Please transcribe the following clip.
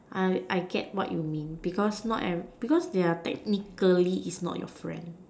I I get what you mean because not every because technically is not your friend